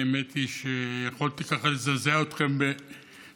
האמת היא שיכולתי ככה לזעזע אתכם בנתונים